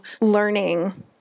learning